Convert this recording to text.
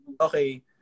okay